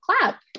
clap